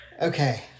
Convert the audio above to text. Okay